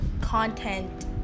Content